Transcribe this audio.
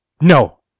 No